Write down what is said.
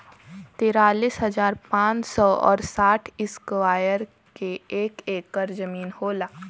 तिरालिस हजार पांच सौ और साठ इस्क्वायर के एक ऐकर जमीन होला